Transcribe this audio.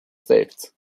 state